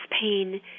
pain